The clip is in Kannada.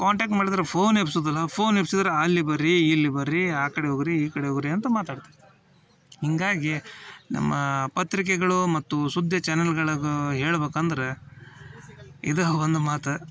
ಕಾಂಟ್ಯಾಕ್ಟ್ ಮಾಡಿದರೆ ಫೋನೇ ಎಬ್ಸೋದಿಲ್ಲ ಫೋನ್ ಎಬ್ಬಿಸಿದ್ರೆ ಅಲ್ಲಿ ಬರ್ರೀ ಇಲ್ಲಿ ಬರ್ರೀ ಆ ಕಡೆ ಹೋಗಿರಿ ಈ ಕಡೆ ಹೋಗಿರಿ ಅಂತ ಮಾತಾಡ್ತಿರ್ತಾರೆ ಹೀಗಾಗಿ ನಮ್ಮ ಪತ್ರಿಕೆಗಳು ಮತ್ತು ಸುದ್ದಿ ಚಾನಲ್ಗಳಿಗೂ ಹೇಳ್ಬೇಕಂದ್ರೆ ಇದು ಒಂದು ಮಾತು